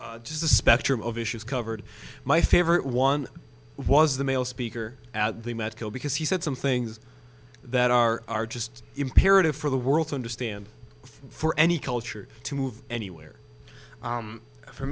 does the spectrum of issues covered my favorite one was the male speaker at the medco because he said some things that are are just imperative for the world to understand for any culture to move anywhere